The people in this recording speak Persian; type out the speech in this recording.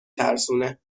ترسونه